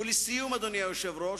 ולסיום, אדוני היושב-ראש,